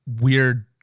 weird